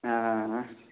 हां